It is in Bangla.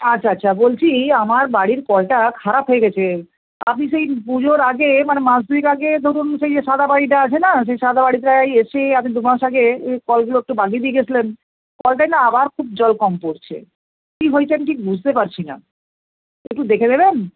আচ্ছা আচ্ছা বলছি আমার বাড়ির কলটা খারাপ হয়ে গেছে আপনি সেই পুজোর আগে মানে মাস দুয়েক আগে নতুন সেই যে সাদা বাড়িটা আছে না সেই সাদা বাড়িটায় এসে আপনি দুমাস আগে এই কলগুলো একটু বাগিয়ে দিয়ে গেছিলেন কলটায় না আবার খুব জল কম পড়ছে কী হয়েছে আমি ঠিক বুঝতে পারছি না একটু দেখে দেবেন